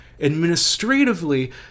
Administratively